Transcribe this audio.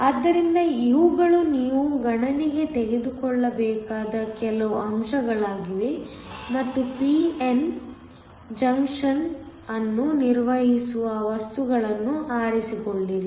ಆದ್ದರಿಂದ ಇವುಗಳು ನೀವು ಗಣನೆಗೆ ತೆಗೆದುಕೊಳ್ಳಬೇಕಾದ ಕೆಲವು ಅಂಶಗಳಾಗಿವೆ ಮತ್ತು p n ಜಂಕ್ಷನ್ ಅನ್ನು ನಿರ್ವಹಿಸುವ ವಸ್ತುಗಳನ್ನು ಆರಿಸಿಕೊಳ್ಳಿರಿ